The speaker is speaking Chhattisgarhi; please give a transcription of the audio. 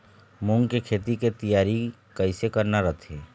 मूंग के खेती के तियारी कइसे करना रथे?